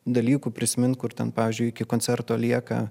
dalykų prisimint kur ten pavyzdžiui iki koncerto lieka